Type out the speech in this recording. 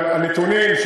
אבל הנתונים,